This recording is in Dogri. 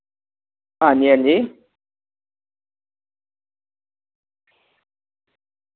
आं जी आं जी